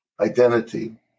identity